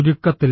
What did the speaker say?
ചുരുക്കത്തിൽ